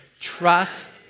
Trust